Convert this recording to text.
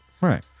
Right